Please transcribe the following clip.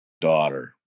daughter